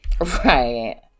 Right